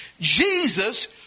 Jesus